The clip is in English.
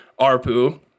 ARPU